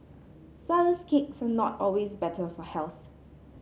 flourless cakes are not always better for health